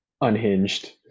unhinged